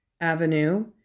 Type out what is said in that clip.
Avenue